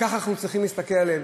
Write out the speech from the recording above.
ככה אנחנו צריכים להסתכל עליהם,